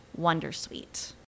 Wondersuite